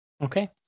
Okay